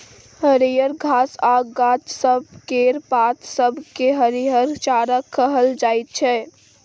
हरियर घास आ गाछ सब केर पात सब केँ हरिहर चारा कहल जाइ छै